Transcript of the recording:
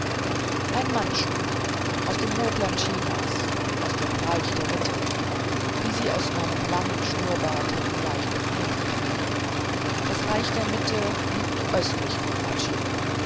ein mandschu aus dem hochland chinas aus dem reich der mitte wie sie aus meinem langen schnurrbart leicht hätten entnehmen können das reich der mitte liegt östlich vom